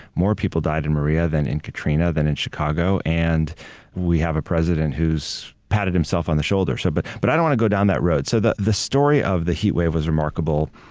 more people died in maria then in katrina, than in chicago, and we have a president who's patted himself on the shoulder, so but but i don't want to go down that road. so the the story of the heat wave was remarkable